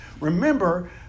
Remember